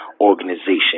Organization